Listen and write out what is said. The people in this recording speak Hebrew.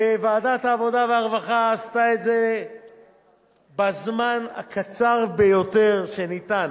ועדת העבודה והרווחה עשתה את זה בזמן הקצר ביותר שאפשר,